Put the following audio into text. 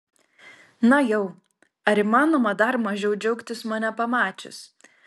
na jau ar įmanoma dar mažiau džiaugtis mane pamačius